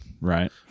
Right